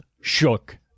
shook